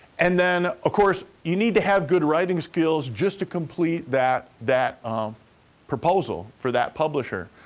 and then, of course, you need to have good writing skills just to complete that that proposal for that publisher.